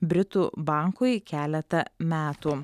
britų bankui keletą metų